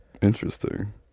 Interesting